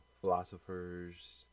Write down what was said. philosophers